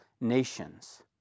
nations